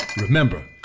Remember